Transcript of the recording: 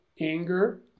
anger